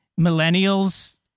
millennials